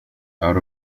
out